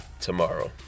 tomorrow